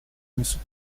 несут